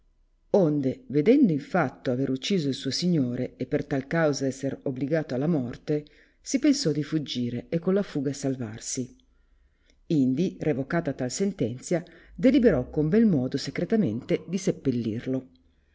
onde vedendo in fatto aver ucciso il suo signore e per tal causa esser obligato alla morte si pensò di fuggire e con la fuga salvarsi indi revocata tal sentenzia deliberò con bel modo secretamente di sepellirlo e